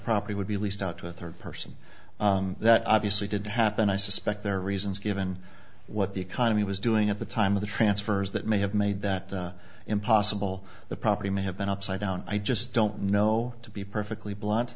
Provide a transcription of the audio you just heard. property would be leased out to a third person that obviously didn't happen i suspect there are reasons given what the economy was doing at the time of the transfers that may have made that impossible the property may have been upside down i just don't know to be perfectly bl